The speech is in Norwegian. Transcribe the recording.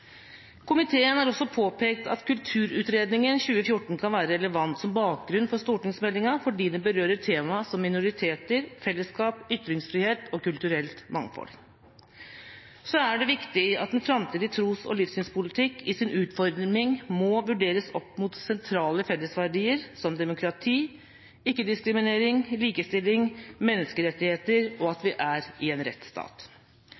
Komiteen har også påpekt at Kulturutredningen 2014 kan være relevant som bakgrunn for stortingsmeldingen fordi den berører tema som minoriteter, fellesskap, ytringsfrihet og kulturelt mangfold. Så er det viktig at en framtidig tros- og livssynspolitikk i sin utforming må vurderes opp mot sentrale fellesverdier som demokrati, ikke-diskriminering, likestilling, menneskerettigheter og